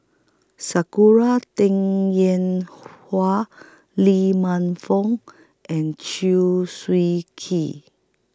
Sakura Teng Ying Hua Lee Man Fong and Chew Swee Kee